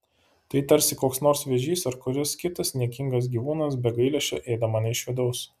tai tarsi koks nors vėžys ar kuris kitas niekingas gyvūnas be gailesčio ėda mane iš vidaus